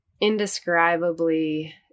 indescribably